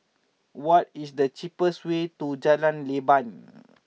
what is the cheapest way to Jalan Leban